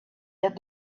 that